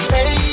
Hey